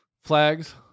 Flags